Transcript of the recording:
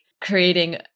creating